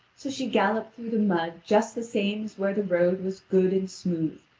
so she galloped through the mud just the same as where the road was good and smooth,